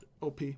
op